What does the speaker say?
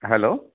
hello